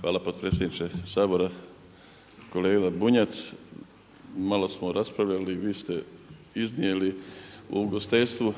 Hvala potpredsjedniče Sabora. Kolega Bunjac, malo smo raspravljali, vi ste iznijeli o ugostiteljstvu